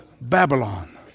Babylon